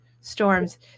storms